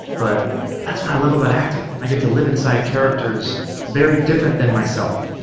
but that's what i love about acting. i get to live inside characters very different than myself.